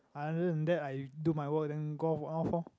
other than that I do my work then go out on off lor